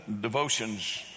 devotions